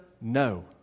No